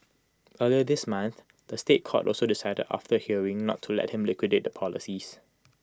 earlier this month the State Court also decided after A hearing not to let him liquidate the policies